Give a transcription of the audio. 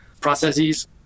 processes